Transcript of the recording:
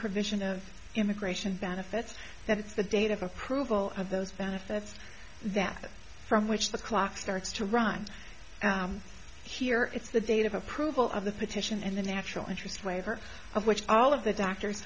provision of immigration benefits that it's the date of approval of those benefits that from which the clock starts to run here it's the date of approval of the petition in the national interest waiver of which all of the factors